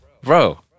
Bro